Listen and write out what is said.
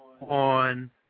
on